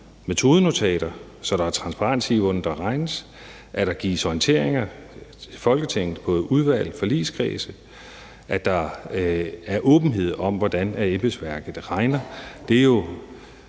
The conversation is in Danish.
metodenotater, så der er transparens i, hvordan der regnes, at der gives orienteringer til Folketinget, både i udvalg og forligskredse, og at der er åbenhed om, hvordan embedsværket regner.